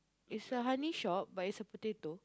is a honey shop but it's a potato